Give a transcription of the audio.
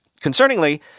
Concerningly